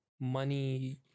money